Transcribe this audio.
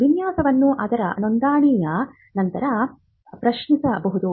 ವಿನ್ಯಾಸವನ್ನು ಅದರ ನೋಂದಣಿಯ ನಂತರ ಪ್ರಶ್ನಿಸಬಹುದು